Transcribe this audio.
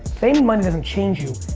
fame and money doesn't change you.